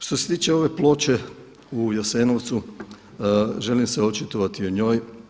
Što se tiče ove ploče u Jasenovcu, želim se očitovati o njoj.